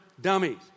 dummies